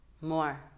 more